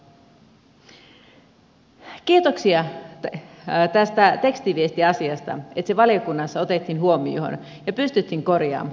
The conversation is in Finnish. kiitoksia tästä tekstiviestiasiasta että se valiokunnassa otettiin huomioon ja pystyttiin korjaamaan